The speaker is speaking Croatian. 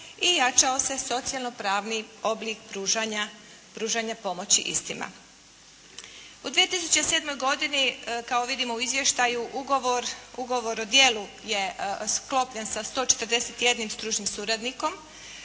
i jačao se socijalnopravni oblik pružanja pomoći istima. U 2007. godini kao vidimo u izvještaju ugovor o djelu je sklopljen sa 141 stručnim suradnikom,